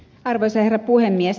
arvoisa herra puhemies